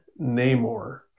Namor